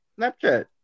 Snapchat